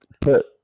put